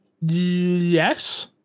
Yes